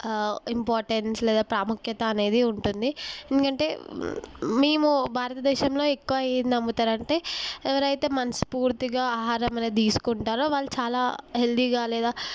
importance లేదా ప్రాముఖ్యత అనేది ఉంటుంది ఎందుకంటే మేము భారతదేశంలో ఎక్కవ ఏది నమ్ముతారంటే ఎవరైతే మనస్ఫూర్తిగా ఆహారం అనేది తీసుకుంటారో వాళ్ళు చాలా హెల్దీగా లేదా